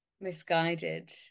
misguided